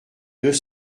deux